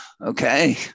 Okay